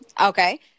Okay